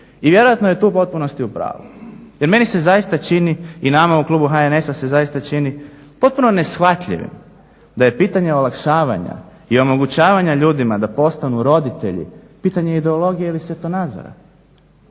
i vjerojatno je tu u potpunosti u pravu jer meni se zaista čini i nama u klubu HNS-a se zaista čini potpuno neshvatljivim da je pitanje olakšavanja i omogućavanja ljudima da postanu roditelji pitanje ideologije ili svjetonazora.